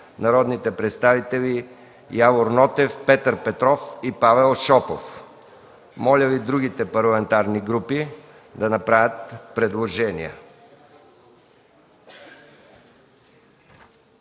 народните представители Явор Нотев, Петър Петров и Павел Шопов. Моля, другите парламентарни групи да направят предложения.